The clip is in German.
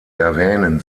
erwähnen